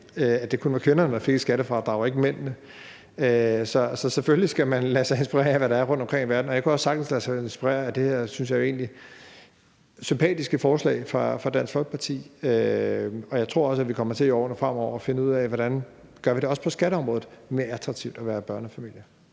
at det kun var kvinderne, der fik et skattefradrag, og ikke mændene. Selvfølgelig skal man lade sig inspirere af, hvad der er rundtomkring i verden, og jeg kunne også sagtens lade mig inspirere af det her, synes jeg egentlig, sympatiske forslag fra Dansk Folkeparti, og jeg tror også, at vi kommer til i årene fremover at finde ud af, hvordan vi også på skatteområdet gør det mere attraktivt at være børnefamilie.